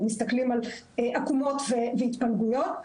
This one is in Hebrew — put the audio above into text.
מסתכלים על עקומות והתפלגויות,